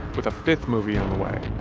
with a fifth movie on the way.